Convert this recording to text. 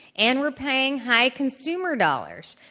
and we're paying high consumer dollars,